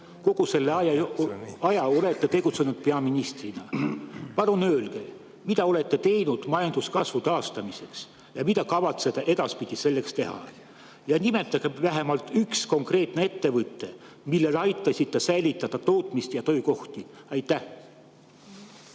Kogu selle aja olete te tegutsenud peaministrina. Palun öelge, mida te olete teinud majanduskasvu taastamiseks ja mida kavatsete edaspidi selleks teha. Nimetage vähemalt üks konkreetne ettevõte, millel te aitasite säilitada tootmist ja töökohti.